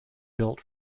built